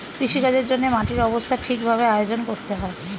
কৃষিকাজের জন্যে মাটির অবস্থা ঠিক ভাবে আয়োজন করতে হয়